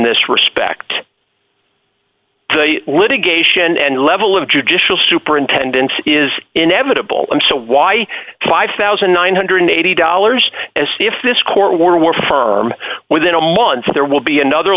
this respect litigation and level of judicial superintendents is inevitable and so why five thousand nine hundred and eighty dollars as if this court were were firm within a month there will be another